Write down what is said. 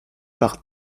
par